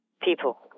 people